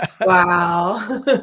Wow